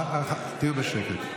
תהיו בשקט.